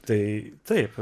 tai taip